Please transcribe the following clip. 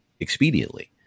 expediently